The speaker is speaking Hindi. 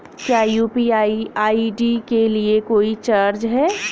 क्या यू.पी.आई आई.डी के लिए कोई चार्ज है?